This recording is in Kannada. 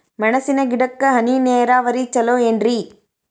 ಮೆಣಸಿನ ಗಿಡಕ್ಕ ಹನಿ ನೇರಾವರಿ ಛಲೋ ಏನ್ರಿ?